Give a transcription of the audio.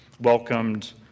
welcomed